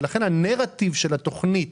והנראטיב של התוכנית,